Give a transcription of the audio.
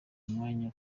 umwanya